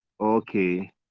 okay